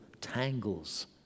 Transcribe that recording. tangles